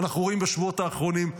אנחנו רואים בשבועות האחרונים,